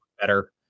better